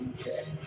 Okay